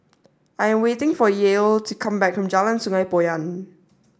I am waiting for Yael to come back from Jalan Sungei Poyan